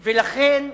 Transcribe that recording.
לכן,